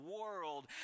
world